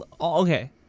okay